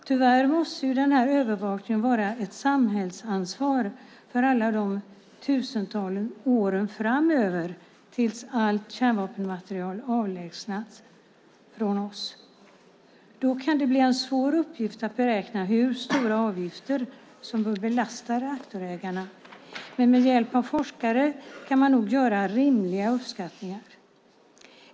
Tyvärr måste övervakningen vara ett samhällsansvar i alla de tusentals år som ligger framför oss tills allt kärnvapenmaterial avlägsnats från oss. Det kan bli en svår uppgift att beräkna hur stora avgifter som bör belasta reaktorägarna, men med hjälp av forskare kan man nog göra rimliga uppskattningar.